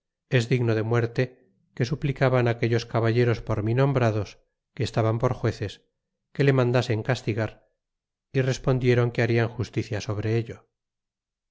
es digno de muerte que suplicaban á aquellos caballeros por mí nombrados que estaban por jueces que le mandasen castigar y respondiéron que harian justicia sobre ello